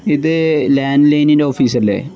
ഇത് ലാൻഡ് ലൈനിൻ്റെ ഓഫീസ് അല്ലേ